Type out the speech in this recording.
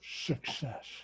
success